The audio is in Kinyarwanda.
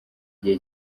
gihe